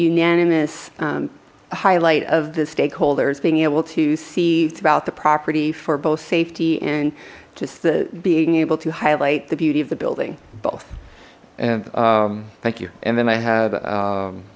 unanimous highlight of the stakeholders being able to see about the property for both safety and just the being able to highlight the beauty of the building both and thank you and then i ha